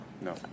No